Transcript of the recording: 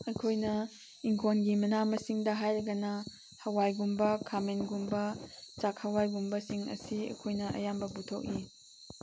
ꯑꯩꯈꯣꯏꯅ ꯏꯪꯈꯣꯜꯒꯤ ꯃꯅꯥ ꯃꯁꯤꯡꯗ ꯍꯥꯏꯔꯒꯅ ꯍꯋꯥꯏꯒꯨꯝꯕ ꯈꯥꯃꯦꯟꯒꯨꯝꯕ ꯆꯥꯛ ꯍꯋꯥꯏꯒꯨꯝꯕꯁꯤꯡ ꯑꯁꯤ ꯑꯩꯈꯣꯏꯅ ꯑꯌꯥꯝꯕ ꯄꯨꯊꯣꯛꯏ